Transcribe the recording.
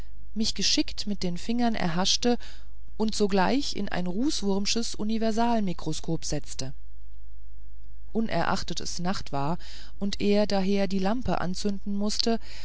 mich geschickt mit den fingern erhaschte und sogleich in ein rußwurmsches universal mikroskop setzte unerachtet es nacht war und er daher die lampe anzünden mußte